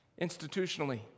institutionally